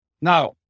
Now